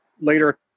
later